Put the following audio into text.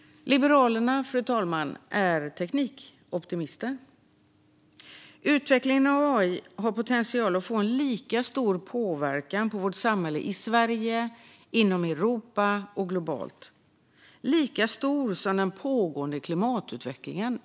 Fru talman! Liberalerna är teknikoptimister. Utvecklingen av AI har potential att ha lika stor påverkan på vårt samhälle i Sverige, inom Europa och globalt som den pågående klimatutvecklingen.